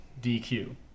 DQ